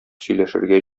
сөйләшергә